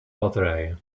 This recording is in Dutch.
batterijen